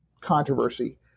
controversy